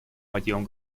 мотивам